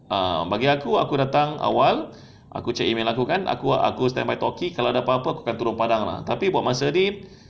uh bagi aku aku datang awal aku check email aku kan aku aku standby talkie kalau ada apa-apa aku akan turun padang lah tapi buat masa ni